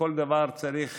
ובכל דבר צריך